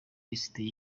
lisiti